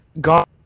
God